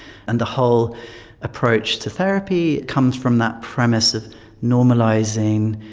and the whole approach to therapy comes from that premise of normalising,